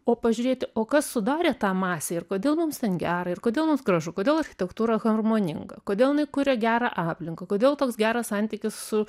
o pažiūrėti o kas sudarė tą masę ir kodėl mums gera ir kodėl mums gražu kodėl architektūra harmoninga kodėl jinai kuria gerą aplinką kodėl toks geras santykis su